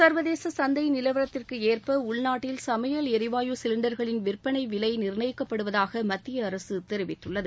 சர்வதேச சந்தை நிலவரத்திற்கு ஏற்ப உள்நாட்டில் சமையல் எரிவாயு சிலிண்டர்களின் விற்பனை விலை நிர்ணயிக்கப்படுவதாக மத்திய அரசு தெரிவித்துள்ளது